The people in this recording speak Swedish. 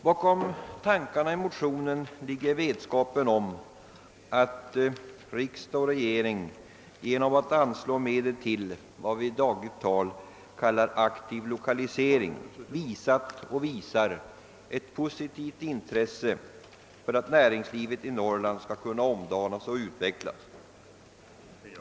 Bakom tankarna i motionen ligger vetskapen om: att riksdag och regering genom att anslå medel till vad vi i dagligt tal kallar aktiv lokalisering visat och visar ett positivt intresse för att näringslivet i Norrland skall kunna omdanas och utvecklas.